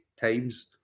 times